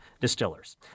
distillers